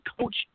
Coach